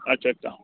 আচ্ছা আচ্ছা